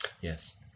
Yes